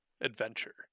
adventure